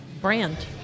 brand